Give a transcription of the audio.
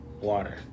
water